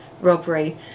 robbery